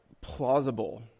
plausible